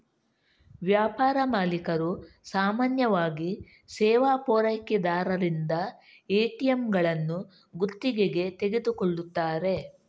ವ್ಯಾಪಾರ ಮಾಲೀಕರು ಸಾಮಾನ್ಯವಾಗಿ ಸೇವಾ ಪೂರೈಕೆದಾರರಿಂದ ಎ.ಟಿ.ಎಂಗಳನ್ನು ಗುತ್ತಿಗೆಗೆ ತೆಗೆದುಕೊಳ್ಳುತ್ತಾರೆ